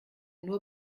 nur